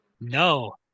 No